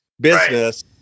business